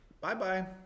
bye-bye